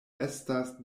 estas